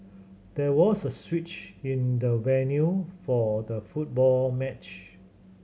there was a switch in the venue for the football match